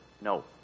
No